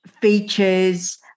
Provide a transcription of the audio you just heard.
features